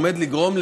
או עומד לגרום,